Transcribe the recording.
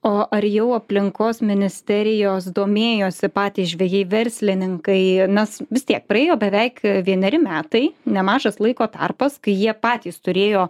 o ar jau aplinkos ministerijos domėjosi patys žvejai verslininkai nes vis tiek praėjo beveik vieneri metai nemažas laiko tarpas kai jie patys turėjo